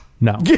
no